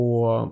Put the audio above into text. Och